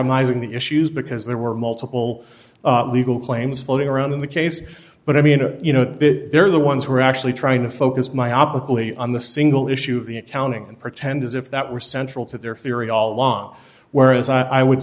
lies in the issues because there were multiple legal claims floating around in the case but i mean you know that they're the ones who are actually trying to focus myopically on the single issue of the accounting and pretend as if that were central to their theory all along whereas i would